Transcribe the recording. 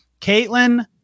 Caitlin